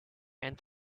and